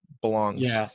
belongs